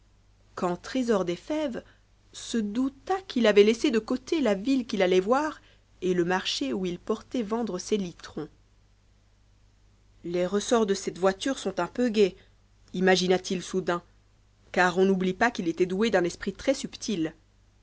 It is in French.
quand trésor des fèves se douta qu'il avait laissé de côté la ville qu'il allait voir et le marché où il portait vendre ses litrons les ressorts de cette voiture sont un a peu gais imagina t il soudain car on n'oublie pas qu'il était doué d'un esprit très subtil